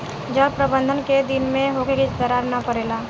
जल प्रबंधन केय दिन में होखे कि दरार न परेला?